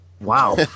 Wow